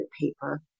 paper